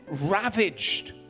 ravaged